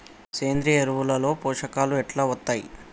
సేంద్రీయ ఎరువుల లో పోషకాలు ఎట్లా వత్తయ్?